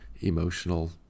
emotional